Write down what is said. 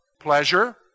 Pleasure